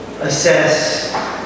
assess